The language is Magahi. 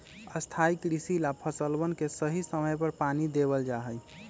स्थाई कृषि ला फसलवन के सही समय पर पानी देवल जा हई